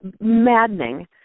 maddening